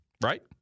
right